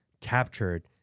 captured